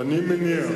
אני מניח